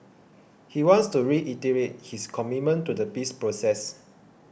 he wants to reiterate his commitment to the peace process